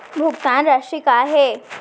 भुगतान राशि का हे?